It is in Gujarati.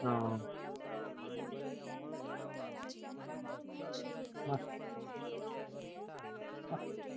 હહ